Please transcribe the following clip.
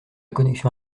connexion